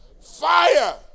Fire